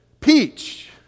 peach